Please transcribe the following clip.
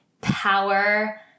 power